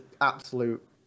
absolute